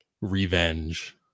revenge